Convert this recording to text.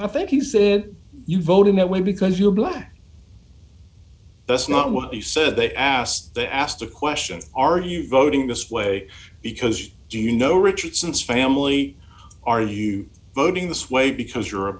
i think he said you voted that way because you're black that's not what he said they asked they asked a question are you voting this way because do you know richard since family are you voting this way because you're a